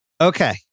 Okay